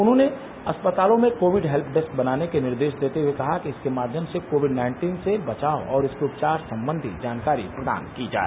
उन्होंने अस्पतालों में कोविड हेल्प डेस्क बनाने के निर्देश देते हुए कहा कि इसके माध्यम से कोविड नाइन्टीन से बचाव और इसके उपचार संबंधी जानकारी प्रदान की जाए